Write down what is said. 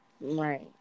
Right